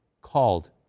called